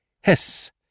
hiss